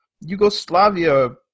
Yugoslavia